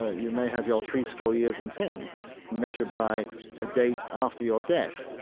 ah you may have your threescore years and ten measured by a date after your death.